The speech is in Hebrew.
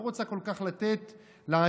לא רוצה כל כך לתת לעצמאים,